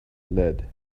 lead